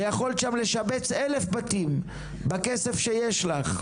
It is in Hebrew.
ויכולת שם לשבץ 1,000 בתים בכסף שיש לך.